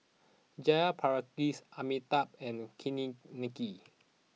Jayaprakash Amitabh and Makineni